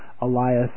Elias